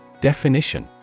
Definition